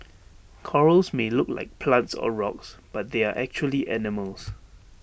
corals may look like plants or rocks but they are actually animals